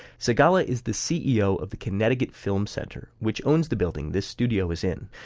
segalla is the ceo of the connecticut film center, which owns the building this studio is in.